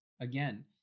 again